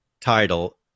title